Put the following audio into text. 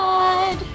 God